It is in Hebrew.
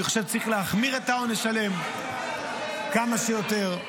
אני חושב שצריך להחמיר את העונש עליהם כמה שיותר.